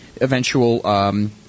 eventual